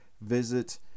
visit